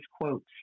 quotes